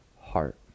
heart